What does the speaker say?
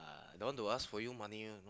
uh don't want to ask for you money ah